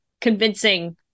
convincing